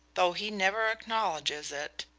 though he never acknowledges it,